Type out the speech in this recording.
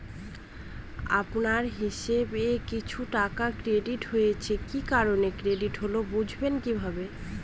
আপনার হিসাব এ কিছু টাকা ক্রেডিট হয়েছে কি কারণে ক্রেডিট হল বুঝবেন কিভাবে?